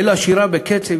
אלא שירה בקצב,